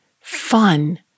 fun